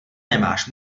nemáš